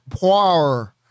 power